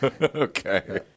Okay